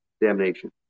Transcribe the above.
damnation